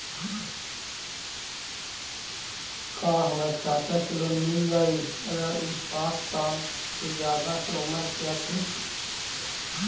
का हमर चाचा के लोन मिल जाई अगर उ साठ साल से ज्यादा के उमर के हथी?